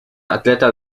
atleta